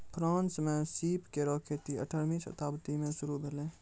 France म सीप केरो खेती अठारहवीं शताब्दी में शुरू भेलै